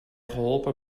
geholpen